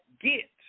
get